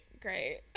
great